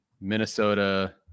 minnesota